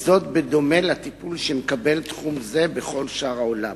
וזאת בדומה לטיפול שמקבל תחום זה בכל שאר העולם.